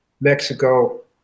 Mexico